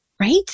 right